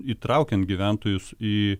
įtraukiant gyventojus į